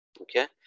okay